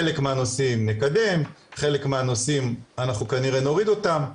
חלק מהנושאים נקדם חלק מהנושאים אנחנו כנראה נוריד אותם,